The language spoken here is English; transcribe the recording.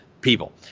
people